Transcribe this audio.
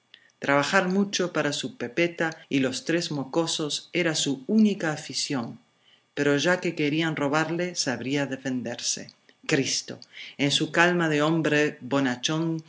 trabajar mucho para su pepeta y los tres mocosos era su única afición pero ya que querían robarle sabría defenderse cristo en su calma de hombre bonachón